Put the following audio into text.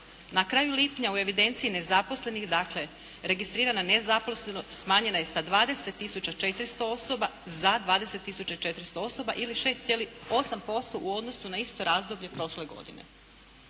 Na kraju lipnja u evidenciji nezaposlenih dakle registrirana nezaposlenost smanjena je sa 20 tisuća 400 osoba za 20 tisuća 400 osoba ili 6,8% u odnosu na isto razdoblje prošle godine.